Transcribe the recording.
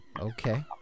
Okay